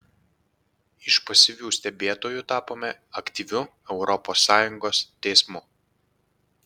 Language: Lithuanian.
iš pasyvių stebėtojų tapome aktyviu europos sąjungos teismu